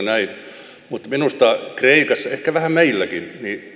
näin mutta minusta kreikassa ehkä vähän meilläkin